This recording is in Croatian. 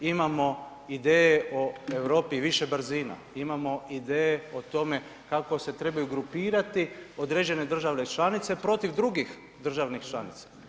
Imamo ideje o Europi više brzina, imamo ideje o tome kako se trebaju grupirati određene države članice protiv drugih država članica.